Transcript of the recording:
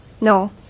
No